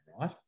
right